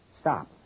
Stop